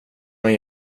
man